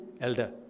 elder